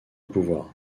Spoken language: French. pouvoir